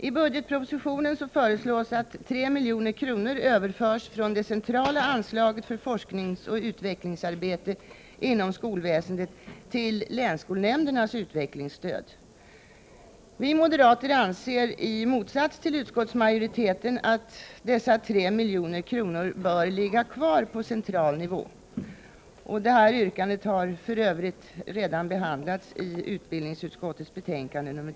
I budgetpropositionen föreslås att 3 milj.kr. överförs från det centrala anslaget för forskningsoch utvecklingsarbete inom skolväsendet till länsskolnämndernas utvecklingsstöd. Vi moderater anser, i motsats till utskotts majoriteten, att dessa 3 milj.kr. bör ligga kvar på central nivå. Detta yrkande har för övrigt redan behandlats i utbildningsutskottets betänkande 13.